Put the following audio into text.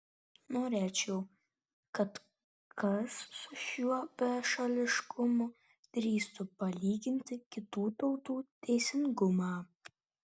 norėčiau kad kas su šiuo bešališkumu drįstų palyginti kitų tautų teisingumą